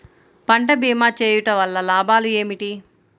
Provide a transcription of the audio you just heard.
పంట భీమా చేయుటవల్ల లాభాలు ఏమిటి?